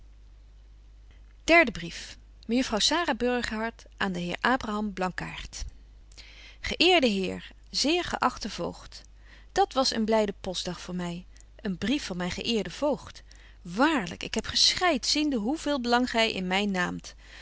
burgerhart aan den heer abraham blankaart ge eerde heer zeer ge achte voogd dat was een blyde postdag voor my een brief van myn geëerden voogd waarlyk ik heb geschreid ziende hoe veel belang gy in my naamt